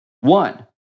One